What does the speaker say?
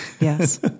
yes